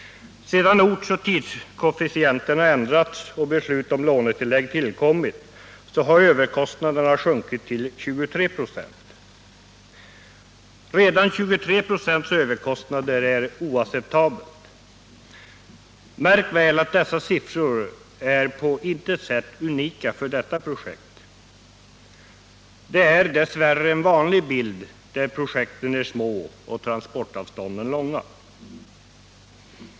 Sedan ortsoch tidskoefficienterna ändrats och beslutet om lånetillägg tillkommit har överkostnaderna sjunkit till 23 26. Redan 23 96 överkostnader är oacceptabelt. Märk väl att dessa siffror på intet sätt är unika för detta projekt. Det är dess värre en vanlig bild där projekten är små och transportavstånden långa.